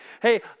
Hey